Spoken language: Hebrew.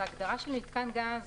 ההגדרה של "מיתקן גז"